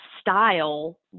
style